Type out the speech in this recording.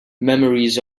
memories